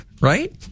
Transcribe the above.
right